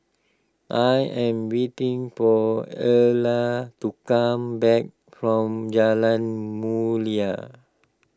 I am waiting for Erla to come back from Jalan Mulia